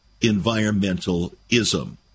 environmentalism